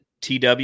TW